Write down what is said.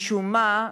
משום מה,